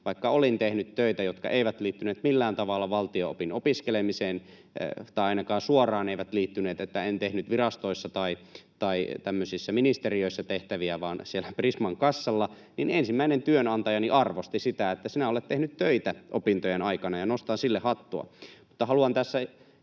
vaikka olin tehnyt töitä, jotka eivät liittyneet millään tavalla valtio-opin opiskelemiseen — tai ainakaan suoraan eivät liittyneet, että en tehnyt virastoissa tai tämmöisissä, ministeriöissä, tehtäviä, vaan siellä Prisman kassalla — ensimmäinen työnantajani arvosti sitä, että sinä olet tehnyt töitä opintojen aikana, ja nostan sille hattua. Haluan tässä